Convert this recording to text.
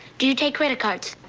do you take credit cards?